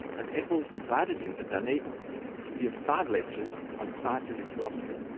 and eccles invited him to dunedin, to give five lectures on scientific philosophy.